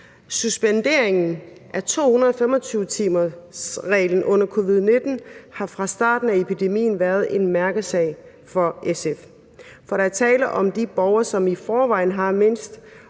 Suspenderingen af 225-timersreglen under covid-19 har fra starten af epidemien været en mærkesag for SF. For der er tale om de borgere, som i forvejen har mindst,